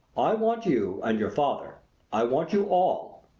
i want you and your father i want you all,